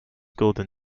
golden